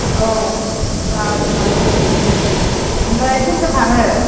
औ ला ला लादो ओमफ्राय सोर सोर थाङो